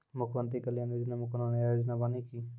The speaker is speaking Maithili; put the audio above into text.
मुख्यमंत्री कल्याण योजना मे कोनो नया योजना बानी की?